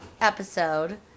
episode